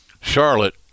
Charlotte